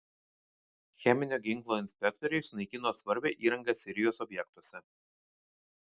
cheminio ginklo inspektoriai sunaikino svarbią įrangą sirijos objektuose